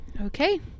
Okay